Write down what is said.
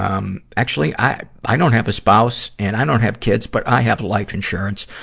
um, actually i, i don't have a spouse and i don't have kids, but i have life insurance.